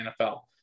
NFL